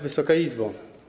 Wysoka Izbo!